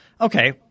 Okay